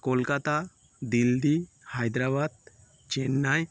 Kolkata Delhi Hyderabad Chennai